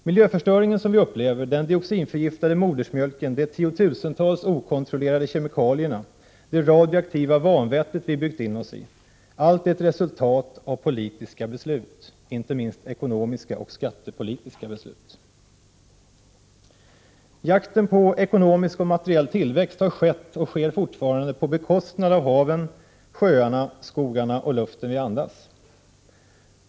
Miljöförstöringen vi upplever, den dioxinförgiftade modersmjölken, de tiotusentals okontrollerade kemikalierna, det radioaktiva vanvett vi byggt in oss i — allt är ett resultat av politiska beslut, inte minst ekonomiska och skattepolitiska beslut. Jakten på ekonomisk och materiell tillväxt har skett och sker fortfarande på bekostnad av haven, sjöarna, skogarna och luften vi andas.